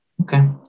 Okay